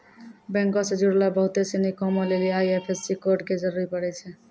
बैंको से जुड़लो बहुते सिनी कामो लेली आई.एफ.एस.सी कोड के जरूरी पड़ै छै